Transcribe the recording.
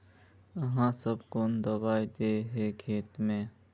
आहाँ सब कौन दबाइ दे है खेत में?